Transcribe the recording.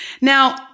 now